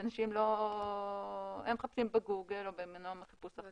שאנשים מחפשים בגוגל או במנוע חיפוש אחר